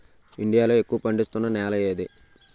India లో ఎక్కువ పండిస్తున్నా నేల ఏది?